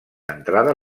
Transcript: entrada